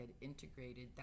integrated